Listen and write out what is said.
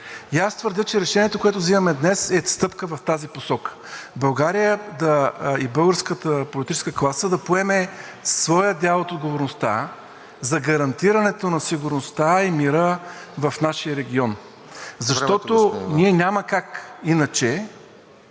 Аз твърдя, че решението, което взимаме днес, е стъпка в тази посока – България и българската политическа класа да поеме своя дял от отговорността за гарантирането на сигурността и мира в нашия регион. ПРЕДСЕДАТЕЛ РОСЕН